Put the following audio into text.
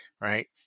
right